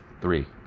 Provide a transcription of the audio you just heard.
three